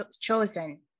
chosen